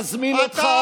אני מזמין אותך